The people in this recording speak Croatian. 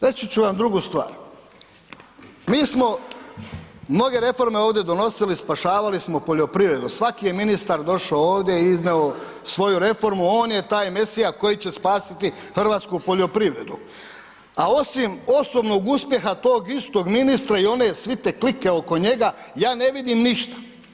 Reći ću vam drugu stvar, mi smo mnoge reforme ovdje donosili, spašavali smo poljoprivredu, svaki je ministar došao ovdje i iznio svoju reformu, on je taj Mesija koji će spasiti hrvatsku poljoprivredu a osim osobnog uspjeha tog istog ministra i one svite, klike oko njega, ja ne vidim ništa.